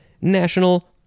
National